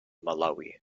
malawi